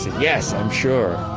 yes, i'm sure